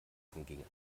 herangingen